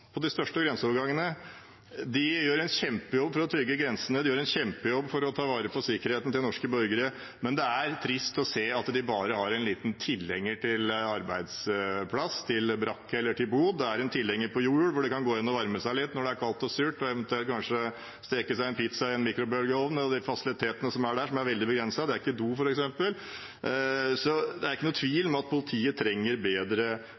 på de største grenseovergangene. De gjør en kjempejobb for å trygge grensen, de gjør en kjempejobb for å ta vare på sikkerheten til norske borgere, men det er trist å se at de bare har en liten tilhenger til arbeidsplass, til brakke eller til bod. Det er en tilhenger på hjul hvor de kan gå inn og varme seg litt når det er kaldt og surt, og eventuelt kanskje steke seg en pizza i en mikrobølgeovn. Fasilitetene der er meget begrensede. Det er f.eks. ikke do. Det er ikke noen tvil om at politiet trenger bedre fasiliteter. Husk på at det ikke